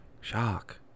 shock